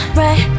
right